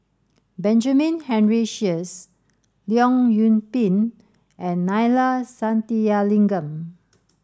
Benjamin Henry Sheares Leong Yoon Pin and Neila Sathyalingam